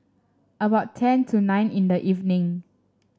about ten to nine in the evening